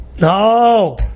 No